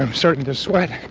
i'm starting to sweat.